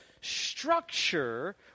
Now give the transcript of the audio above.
structure